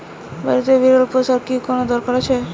বাড়িতে বিড়াল পোষার কি কোন দরকার আছে?